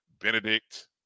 Benedict